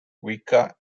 wicca